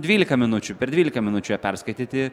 dvylika minučių per dvylika minučių ją perskaityti